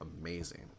amazing